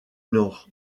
nord